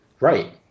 right